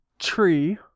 tree